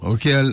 Okay